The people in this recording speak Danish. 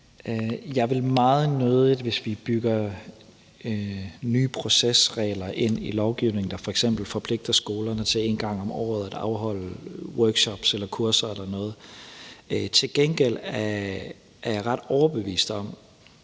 Jeg vil meget nødig, at vi bygger nye procesregler ind i lovgivningen, der f.eks. forpligter skolerne til en gang om året at afholde workshops eller kurser eller noget. Til gengæld er jeg ret overbevist om,